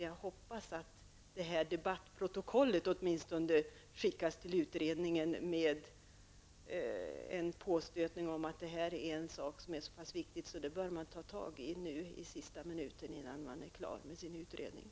Jag hoppas åtminstone att debattprotokollet skickas till utredningen med en påstötning om att den är en sak som är så viktig att den bör ta tag i den i sista minuten innan de är klara med utredningen.